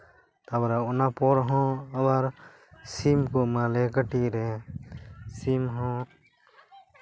ᱛᱟᱨᱯᱚᱨᱮ ᱚᱱᱟ ᱯᱚᱨ ᱦᱚᱸ ᱟᱵᱟᱨ ᱥᱤᱢ ᱠᱚ ᱮᱢᱟ ᱞᱮᱭᱟ ᱠᱟᱹᱴᱤᱡ ᱨᱮ ᱥᱤᱢ ᱦᱚᱸ